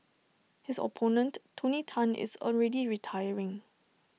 his opponent tony Tan is already retiring